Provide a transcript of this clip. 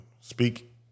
speak